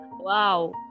Wow